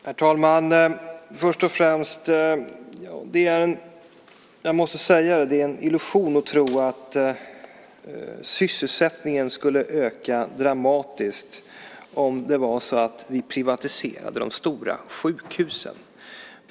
Herr talman! Först och främst är det en illusion att tro att sysselsättningen skulle öka dramatiskt om vi privatiserade de stora sjukhusen.